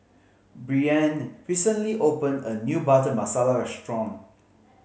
Breanne recently opened a new Butter Masala restaurant